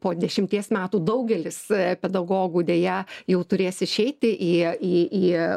po dešimties metų daugelis pedagogų deja jau turės išeiti į į į